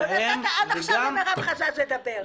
לא נתת עד עכשיו למירב חג'אג' לדבר.